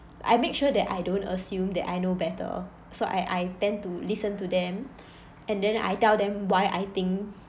I make sure that I don't assume that I know better so I I tend to listen to them and then I tell them why I think